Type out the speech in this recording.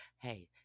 Hey